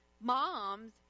moms